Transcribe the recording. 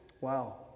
Wow